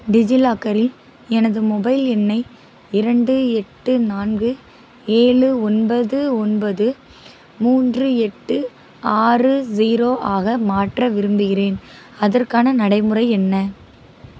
டிஜிலாக்கரில் எனது மொபைல் எண்ணை இரண்டு எட்டு நான்கு ஏழு ஒன்பது ஒன்பது மூன்று எட்டு ஆறு ஸீரோ ஆக மாற்ற விரும்புகிறேன் அதற்கான நடைமுறை என்ன